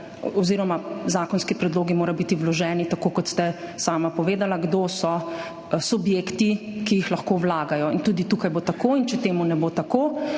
oziroma zakonski predlogi morajo biti vloženi tako, kot ste sami povedali, kdo so subjekti, ki jih lahko vlagajo. In tudi tukaj bo tako. In če temu ne bo tako,